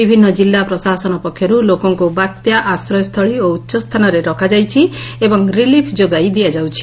ବିଭିନ୍ନ ଜିଲ୍ଲା ପ୍ରଶାସନ ପକ୍ଷରୁ ଲୋକଙ୍କୁ ବାତ୍ୟା ଆଶ୍ରୟସ୍ଥଳୀ ଓ ଉଚ୍ଚସ୍ରାନରେ ରଖାଯାଇଛି ରିଲିଫ୍ ଯୋଗାଇ ଦିଆଯାଉଛି